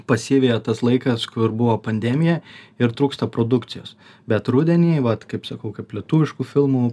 pasiveja tas laikas kur buvo pandemija ir trūksta produkcijos bet rudenį vat kaip sakau kaip lietuviškų filmų